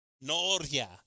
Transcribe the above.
Noria